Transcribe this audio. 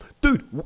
Dude